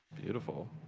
Beautiful